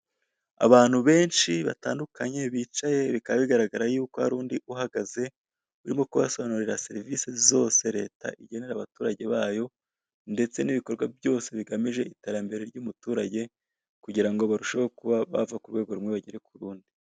Abantu benshi batandukanye bicaye bikaba bigaragara hari n'undi ihagaze uri kubasobanura Serivise zose Leta ugenda abaturage bayo ndetse n'ibindi bikorwa byose Leta igenera umuturage kugirango abashe kuba bava kurwego rumwe bagere kurundi.